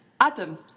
Adam